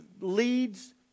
leads